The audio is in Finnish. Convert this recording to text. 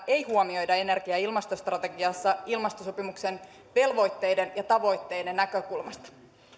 ei huomioida energia ja ilmastostrategiassa ilmastosopimuksen velvoitteiden ja tavoitteiden näkökulmasta